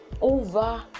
over